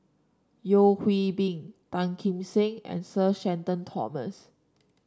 Yeo Hwee Bin Tan Kim Seng and Sir Shenton Thomas